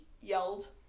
yelled